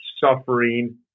suffering